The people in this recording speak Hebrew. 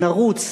נרוץ